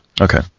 Okay